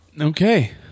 Okay